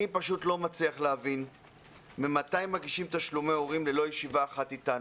אני פשוט לא מצליח להבין ממתי מגישים תשלומי הורים ללא ישיבה אחת אתנו,